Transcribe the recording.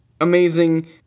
amazing